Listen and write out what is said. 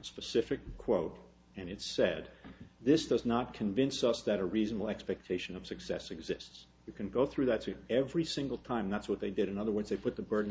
a specific quote and it said this does not convince us that a reasonable expectation of success exists you can go through that three every single time that's what they did in other words they put the burden